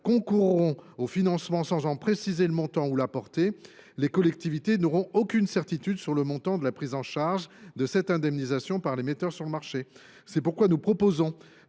concourront au financement sans en préciser le montant ou la portée, les collectivités n’auront aucune certitude sur le montant de la prise en charge de cette indemnisation par les metteurs sur le marché. C’est pourquoi, par